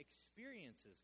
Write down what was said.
experiences